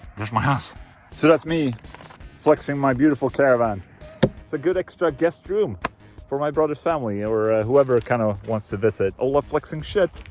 there's my house so, that's me flexing my beautiful caravan it's a good extra guest room for my brother's family or ah whoever kind of wants to visit ola flexing shit.